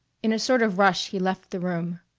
in a sort of rush he left the room.